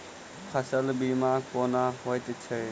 फसल बीमा कोना होइत छै?